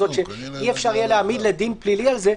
שאי אפשר יהיה להעמיד לדין פלילי על זה,